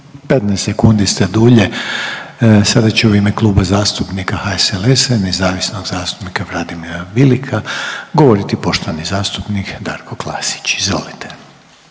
15 sekundi ste dulje. Sada će u ime Kluba zastupnika HSLS-a i nezavisnog zastupnika Vladimira Bileka govoriti poštovani zastupnik Darko Klasić, izvolite.